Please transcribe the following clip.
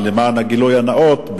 למען הגילוי הנאות,